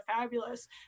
fabulous